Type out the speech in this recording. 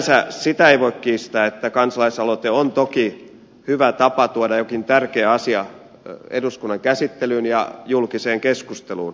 sinänsä sitä ei voi kiistää että kansalaisaloite on toki hyvä tapa tuoda jokin tärkeä asia eduskunnan käsittelyyn ja julkiseen keskusteluun